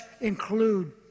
include